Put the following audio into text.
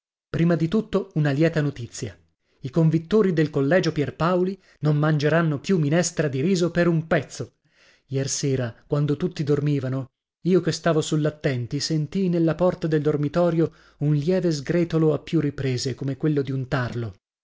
prima di tutto una lieta notizia i convittori del collegio pierpaoli non mangeranno più minestra di riso per un pezzo iersera quando tutti dormivano io che stavo sull'attenti sentii nella porta del dormitorio un lieve sgretolo a più riprese come quello di un tarlo